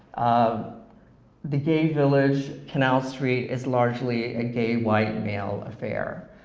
um the gay village, canal street is largely a gay white male affair,